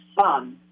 fun